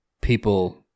People